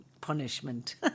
punishment